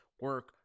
Work